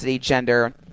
gender